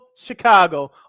Chicago